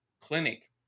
clinic